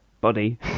body